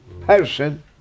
person